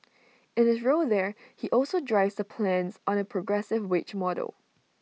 in his role there he also drives the plans on A progressive wage model